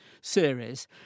series